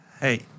Hey